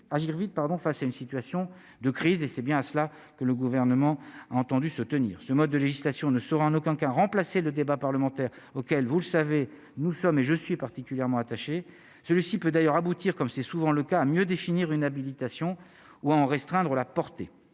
agir vite pardon face à une situation de crise et c'est bien à cela que le gouvernement a entendu se tenir ce mode de législation ne sera en aucun cas remplacer le débat parlementaire auquel vous le savez nous sommes et je suis particulièrement attaché, celui-ci peut d'ailleurs aboutir, comme c'est souvent le cas, à mieux définir une habilitation ou en restreindre la portée